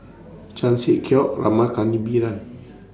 Chan Sek Keong Rama